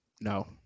No